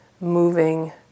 moving